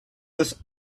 this